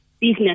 business